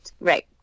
Right